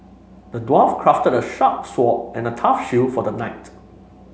the dwarf crafted a sharp sword and a tough shield for the knight